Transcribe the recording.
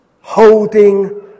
holding